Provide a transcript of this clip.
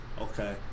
okay